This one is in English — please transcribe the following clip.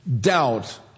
doubt